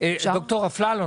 ד"ר אפללו.